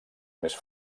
més